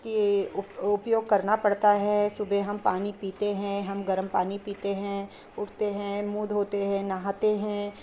के उपयोग करना पड़ता है सुबह हम पानी पीते हैं हम गर्म पानी पीते हैं उठते हैं मुँह धोते हैं नहाते हैं